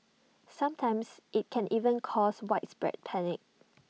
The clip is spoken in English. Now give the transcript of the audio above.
sometimes IT can even cause widespread panic